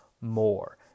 more